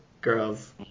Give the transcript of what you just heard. girls